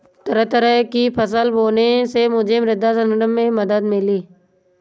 तरह तरह की फसल बोने से मुझे मृदा संरक्षण में मदद मिली